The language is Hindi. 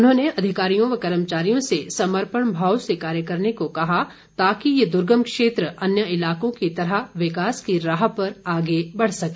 उन्होंने अधिकारियों व कर्मचारियों से समर्पण भाव से कार्य करने को कहा ताकि ये द्र्गम क्षेत्र अन्य इलाकों की तरह विकास की राह पर आगे बढ़ सके